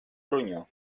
ronyó